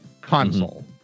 console